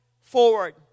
forward